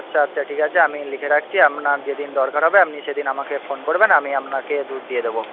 আচ্ছা আচ্ছা ঠিক আছে আমি লিখে রাখছি আপনার যেদিন দরকার হবে আপনি সেদিন আমাকে ফোন করবেন আমি আপনাকে দুধ দিয়ে দেবো